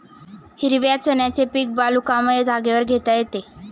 हिरव्या चण्याचे पीक वालुकामय जागेवर घेता येते